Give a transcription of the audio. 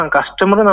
Customer